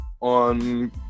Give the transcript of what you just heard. on